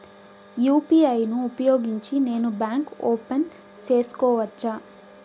UPI ను ఉపయోగించి నేను బ్యాంకు ఓపెన్ సేసుకోవచ్చా?